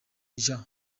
jean